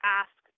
ask